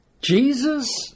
Jesus